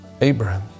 Abraham